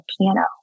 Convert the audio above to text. piano